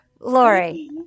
Lori